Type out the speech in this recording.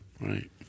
Right